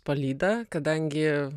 palyda kadangi